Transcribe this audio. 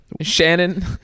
Shannon